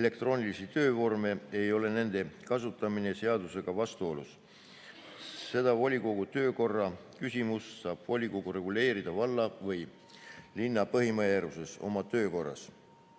elektroonilisi töövorme, ei ole nende kasutamine seadusega vastuolus. Seda volikogu töökorra küsimust saab volikogu reguleerida valla või linna põhimääruses (oma töökorras).